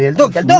look and